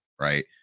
right